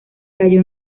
cayó